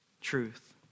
truth